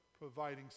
providing